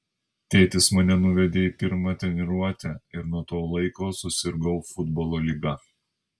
tėtis mane nuvedė į pirmą treniruotę ir nuo to laiko susirgau futbolo liga